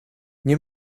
nie